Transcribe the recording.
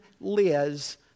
Liz